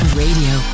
radio